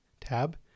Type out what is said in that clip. tab